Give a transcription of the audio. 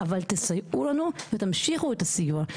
אבל תסייעו לנו ותמשיכו את הסיוע,